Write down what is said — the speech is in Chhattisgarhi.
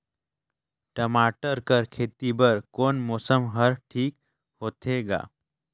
टमाटर कर खेती बर कोन मौसम हर ठीक होथे ग?